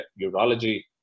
urology